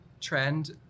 trend